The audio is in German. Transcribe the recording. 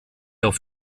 auf